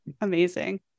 Amazing